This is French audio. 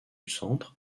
centre